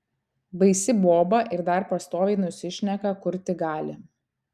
baisi boba ir dar pastoviai nusišneka kur tik gali